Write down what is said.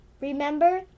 Remember